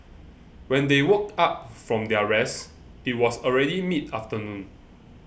when they woke up from their rest it was already mid afternoon